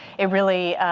it really,